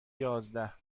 یازده